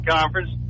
Conference